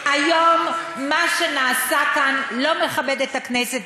היום מה שנעשה כאן לא מכבד את הכנסת,